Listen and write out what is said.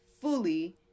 fully